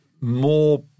more